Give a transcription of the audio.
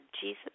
Jesus